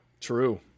True